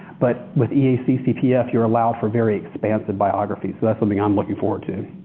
but with eac cpf you're allowed for very expansive biographies. that's something i'm looking forward to.